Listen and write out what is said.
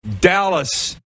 Dallas